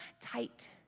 tight